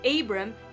Abram